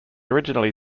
originally